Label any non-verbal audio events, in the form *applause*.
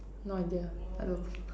no idea I don't *laughs*